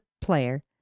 player